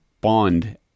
bond